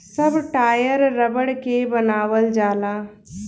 सब टायर रबड़ के बनावल जाला